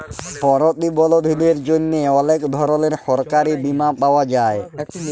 পরতিবলধীদের জ্যনহে অলেক ধরলের সরকারি বীমা পাওয়া যায়